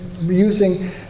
using